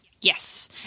Yes